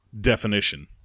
definition